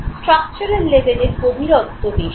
structural লেভেলের গভীরত্ব বেশি